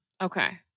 Okay